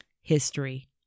History